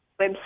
website